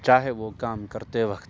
چاہے وہ کام کرتے وقت